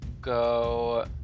go